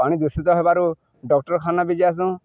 ପାଣି ଦୂଷିତ ହେବାରୁ ଡକ୍ଟରଖାନା ବି ଜାଇସୁଁ